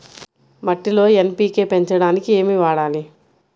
మట్టిలో ఎన్.పీ.కే పెంచడానికి ఏమి వాడాలి?